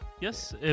Yes